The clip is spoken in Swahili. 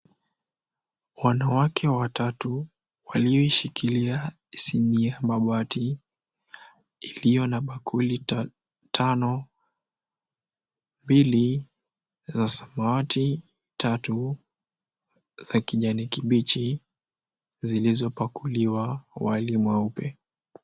Wanawake watatu walioishikilia sini ya mabati iliyo na bakuli tano. Mbili za samawati tatu za kijani kibichi zilizopakuliwa wali mweupe.